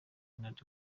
iharanira